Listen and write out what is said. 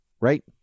Right